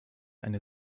eine